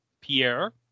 Pierre